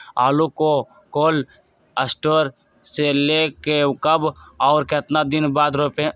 आलु को cold store से ले के कब और कितना दिन बाद रोपे?